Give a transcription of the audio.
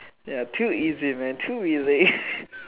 ya too easy man too easy